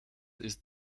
ist